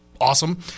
awesome